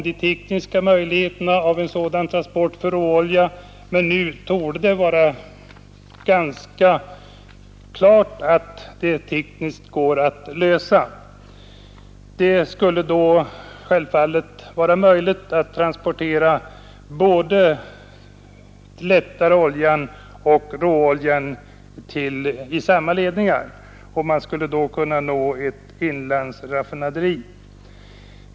De tekniska möjligheterna att genomföra en sådan transport av råoljan har diskuterats, men nu torde det stå ganska klart att problemet tekniskt går att lösa. Det skulle då självfallet vara möjligt att transportera både den lättare oljan och råolja i samma ledningar, och man skulle då kunna nå ett inlandsraffinaderi.